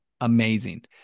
amazing